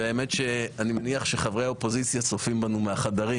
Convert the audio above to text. אני מניח שחברי האופוזיציה צופים בנו מהחדרים.